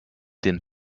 den